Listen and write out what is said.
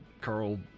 Carl